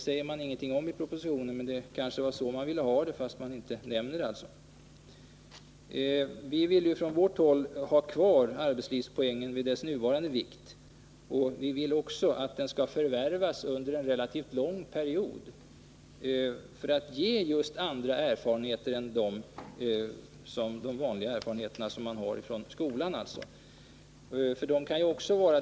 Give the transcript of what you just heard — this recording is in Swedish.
Men kanske det var så man ville ha det, fastän man inte säger det i propositionen. Vi vill från vårt håll ha kvar arbetslivspoängen vid dess nuvarande vikt. Vi vill också att den skall förvärvas under en relativt lång period för att ge just andra erfarenheter än de vanliga erfarenheterna som kommer från skolan.